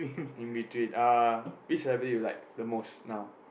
in between uh which celebrity you like the most now